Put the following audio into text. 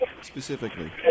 Specifically